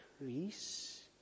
increase